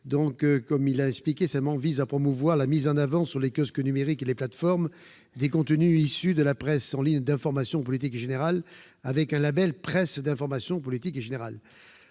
n° 7 rectifié vise à promouvoir la mise en avant, sur les kiosques numériques et les plateformes, des contenus issus de la presse en ligne d'information politique et générale, grâce à un label « Presse d'information politique et générale ».